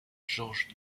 georges